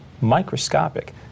microscopic